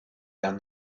down